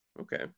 Okay